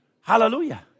Hallelujah